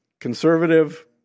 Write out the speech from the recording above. conservative